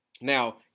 now